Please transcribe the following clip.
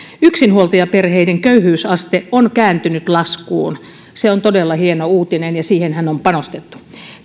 yksinhuoltajaperheiden köyhyysaste on kääntynyt laskuun se on todella hieno uutinen ja siihenhän on panostettu